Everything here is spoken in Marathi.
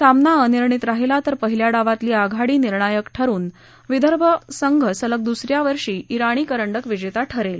सामना अनिर्णित राहिला तर पहिल्या डावातली आघाडी निर्णायक ठरून विदर्भ संघ सलग दुसऱ्या वर्षी ज्ञाणी करंडक विजेता ठरेल